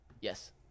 Yes